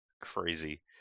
Crazy